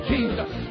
Jesus